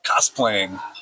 cosplaying